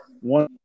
one